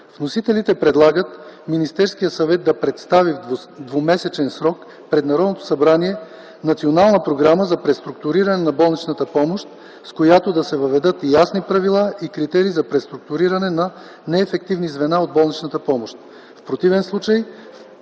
Вносителите предлагат Министерският съвет да представи в двумесечен срок пред Народното събрание Национална програма за преструктуриране на болничната помощ, с която да се въведат ясни правила и критерии за преструктуриране на неефективни звена от болничната помощ.